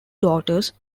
daughters